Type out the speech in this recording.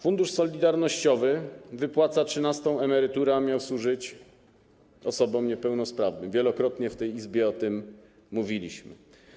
Fundusz Solidarnościowy wypłaca trzynastą emeryturę, a miał służyć osobom niepełnosprawnym, wielokrotnie w tej Izbie o tym mówiliśmy.